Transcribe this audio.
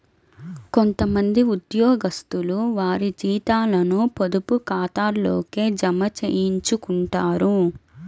కొంత మంది ఉద్యోగస్తులు వారి జీతాలను పొదుపు ఖాతాల్లోకే జమ చేయించుకుంటారు